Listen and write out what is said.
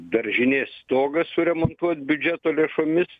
daržinės stogą suremontuot biudžeto lėšomis